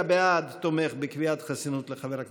חברי